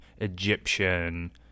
Egyptian